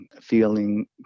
feeling